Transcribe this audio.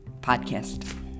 podcast